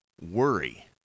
worry